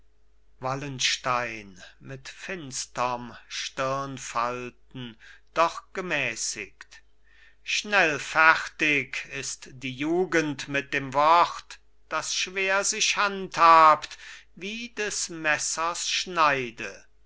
wallenstein mit finsterm stirnfalten doch gemäßigt schnell fertig ist die jugend mit dem wort das schwer sich handhabt wie des messers schneide